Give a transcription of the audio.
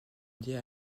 liée